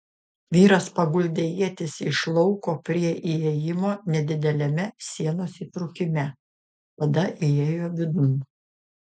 vyras paguldė ietis iš lauko prie įėjimo nedideliame sienos įtrūkime tada įėjo vidun